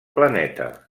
planeta